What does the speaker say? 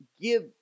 give